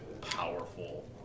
powerful